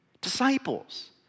Disciples